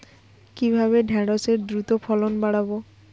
কিভাবে ঢেঁড়সের দ্রুত ফলন বাড়াব?